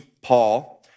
Paul